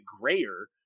grayer